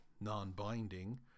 non-binding